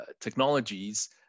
technologies